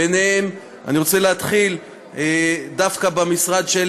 ובהם אני רוצה להתחיל דווקא במשרד של